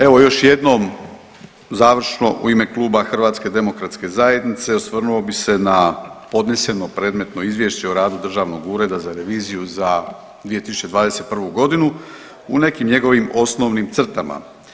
Evo još jednom završno u ime Kluba HDZ-a osvrnuo bi se na podneseno predmetno izvješće o radu državnog ureda za reviziju za 2021.g. u nekim njegovim osnovnim crtama.